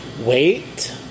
Wait